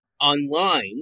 online